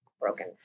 broken